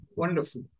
wonderful